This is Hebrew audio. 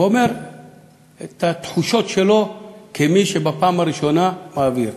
ואומר את התחושות שלו כמי שבפעם הראשונה מעביר.